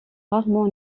rarement